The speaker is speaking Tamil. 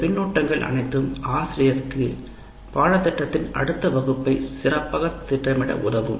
இந்த பின்னூட்டங்கள் அனைத்தும் ஆசிரியரின் பாடத்திட்டத்தின் அடுத்த வகுப்பை சிறப்பாக திட்டமிட உதவும்